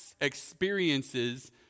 experiences